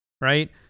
Right